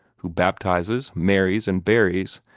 who baptizes, marries, and buries,